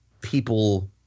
people